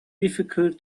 difficult